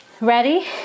Ready